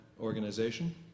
organization